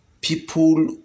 People